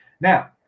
Now